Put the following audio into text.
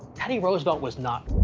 teddy roosevelt was not.